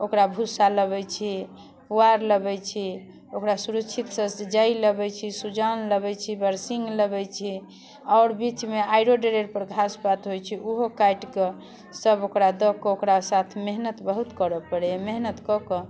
ओकरा भुस्सा लबै छी पुआर लबै छी ओकरा सुरक्षितसँ जइ लबै छी सुजान लबै छी बरसिङ्ग लबै छी आओर बीचमे आड़ि डेरपर घास पात होइ छै ओहो काटिकऽ सब ओकरा दऽ कऽ ओकरा साथ मेहनति बहुत करऽ पड़ैए मेहनति कऽ कऽ